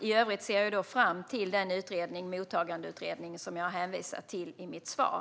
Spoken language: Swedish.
I övrigt ser jag fram emot Mottagandeutredningen, som jag hänvisade till i mitt svar.